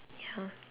ya